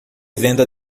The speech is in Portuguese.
venda